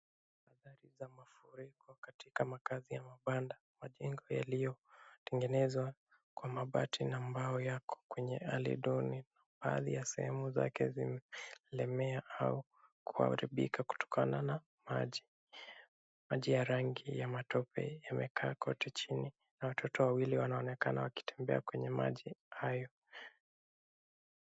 Adhari za mafuriko katika makazi ya mabanda. Majengo yaliyotengenezwa kwa mabati na mbao yako kwenye hali duni. Baadhi ya sehemu zake zimelemea au kuharibika kutokana na maji. Maji ya rangi ya matope yamekaa kote chini na watoto wawili wanaonekana wakitembea kwenye maji hayo.